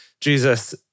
Jesus